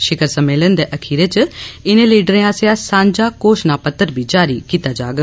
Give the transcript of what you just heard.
शिखर सम्मेलन दे अखीरै च इने लीडरे आसेआ सांझा घोषणा पत्तर बी जारी कीता जाग